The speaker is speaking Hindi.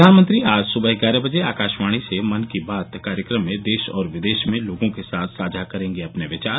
प्रधानमंत्री आज सुबह ग्यारह बजे आकाशवाणी से मन की बात कार्यक्रम में देश और विदेश में लोगों के साथ साझा करेंगे अपने विचार